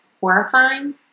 horrifying